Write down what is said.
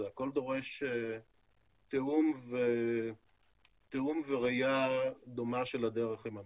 זה הכול דורש תיאום וראייה דומה של הדרך עם הממשלה.